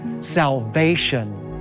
salvation